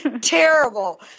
Terrible